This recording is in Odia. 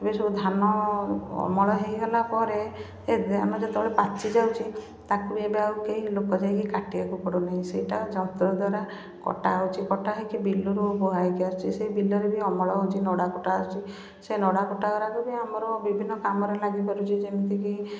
ଏବେ ସବୁ ଧାନ ଅମଳ ହେଇଗଲା ପରେ ଆମ ଯେତବେଳେ ପାଚି ଯାଉଛି ତାକୁ ବି ଏବେ ଆଉ କେହି ଲୋକ ଯାଇକି କାଟିବାକୁ ପଡ଼ୁନାହିଁ ସେଇଟା ଯନ୍ତ୍ର ଦ୍ୱାରା କଟା ହେଉଛି କଟା ହେଇକି ବିଲରୁ ବୁହା ହେଇକି ଆସୁଛି ସେଇ ବିଲରେ ବି ଅମଳ ହେଉଛି ନଡ଼ା କୁଟା ଆସୁଛି ସେ ନଡ଼ା କୁଟା ଗୁରାକୁ ବି ଆମର ବିଭିନ୍ନ କାମରେ ଲାଗି ପାରୁଛି ଯେମିତିକି